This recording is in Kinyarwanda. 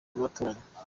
batoranywa